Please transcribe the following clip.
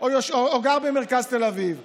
בטח, כי, לא ראיתי אותך עושה דברים אחרים.